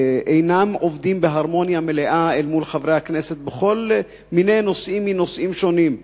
אינם עובדים בהרמוניה מלאה מול חברי הכנסת בנושאים מנושאים שונים,